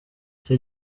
icyo